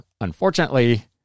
unfortunately